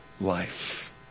life